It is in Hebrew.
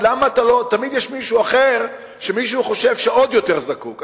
תמיד יש מישהו אחר שמישהו חושב שעוד יותר זקוק.